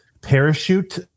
parachute